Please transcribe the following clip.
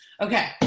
Okay